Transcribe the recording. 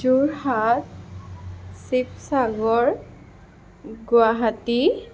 Jorhat Sivasagar Guwahati